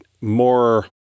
more